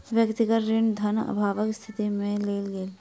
व्यक्तिगत ऋण धन अभावक स्थिति में लेल गेल